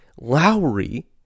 Lowry